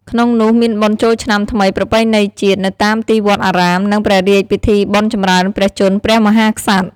ក្នុងនោះមានបុណ្យចូលឆ្នាំថ្មីប្រពៃណីជាតិ នៅតាមទីវត្តអារាម និងព្រះរាជពិធីបុណ្យចម្រើនព្រះជន្មព្រះមហាក្សត្រ ។